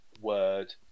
word